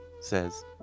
says